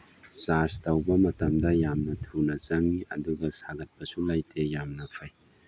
church ꯇꯧꯕ ꯃꯇꯝꯗ ꯌꯥꯝꯅ ꯊꯨꯅ ꯆꯪꯏ ꯑꯗꯨꯒ ꯁꯥꯒꯠꯄꯁꯨ ꯂꯩꯇꯦ ꯌꯥꯝꯅ ꯐꯩ